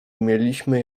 umieliśmy